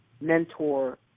mentor